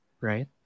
Right